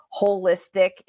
holistic